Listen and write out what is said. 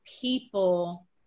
people